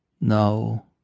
No